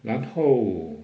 然后